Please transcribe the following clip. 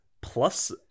plus